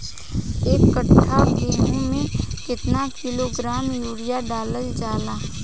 एक कट्टा गोहूँ में केतना किलोग्राम यूरिया डालल जाला?